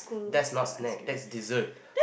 that's not snack that's dessert